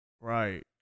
Right